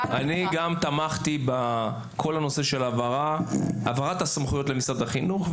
אני תמכתי בכל הנושא של העברת הסמכויות למשרד החינוך.